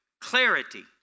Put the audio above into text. clarity